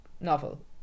novel